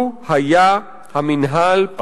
לו היה המינהל פועל,